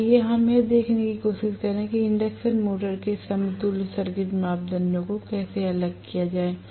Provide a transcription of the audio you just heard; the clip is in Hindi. तो आइए हम यह देखने की कोशिश करें कि इंडक्शन मोटर के समतुल्य सर्किट मापदंडों को कैसे अलग किया जाए